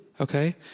Okay